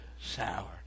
sour